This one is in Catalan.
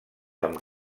amb